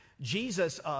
Jesus